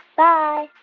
bye